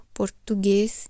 português